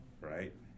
right